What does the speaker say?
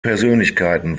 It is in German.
persönlichkeiten